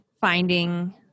finding